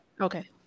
okay